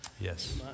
Yes